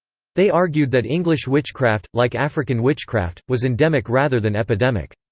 they argued that english witchcraft, like african witchcraft, was endemic rather than epidemic.